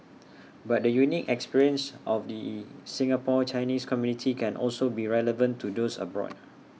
but the unique experience of the Singapore's Chinese community can also be relevant to those abroad